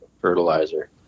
fertilizer